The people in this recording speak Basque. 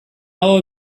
aho